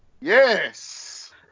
yes